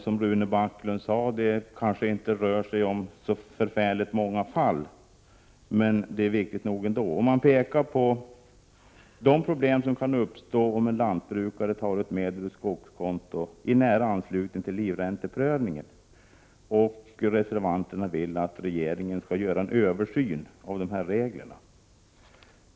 Som Rune Backlund påpekade kanske det inte rör sig om så många fall, men frågan är viktig nog ändå. Reservanterna pekar på de problem som kan uppstå om en lantbrukare tar ut medel ur skogskonto i nära anslutning till livränteprövning. Reservanterna begär att regeringen gör en översyn av reglerna.